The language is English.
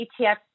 ETF